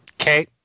Okay